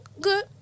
good